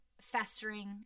festering